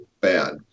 bad